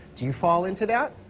do you fall into that?